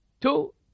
two